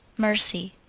mercy.